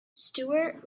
stewart